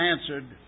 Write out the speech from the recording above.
answered